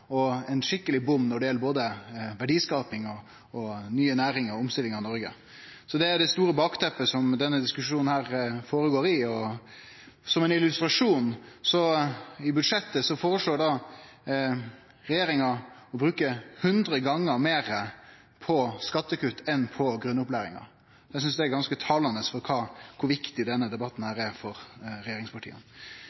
og ein skikkeleg bom når det gjeld både verdiskaping, nye næringar og omstilling av Noreg. Det er mot dette store bakteppet denne diskusjonen går føre seg. Som ein illustrasjon: I budsjettet føreslår regjeringa å bruke hundre gonger meir på skattekutt enn på grunnopplæringa. Eg synest det seier ganske mykje om kor viktig denne debatten